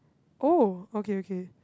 oh okay okay